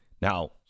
Now